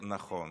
נכון.